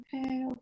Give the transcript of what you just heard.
okay